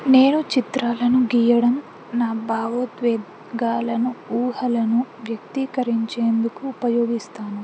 నేను చిత్రాలను గీయడం నా భావోద్వేగాలను ఊహలను వ్యక్తీకరించేందుకు ఉపయోగిస్తాను